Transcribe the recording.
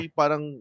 parang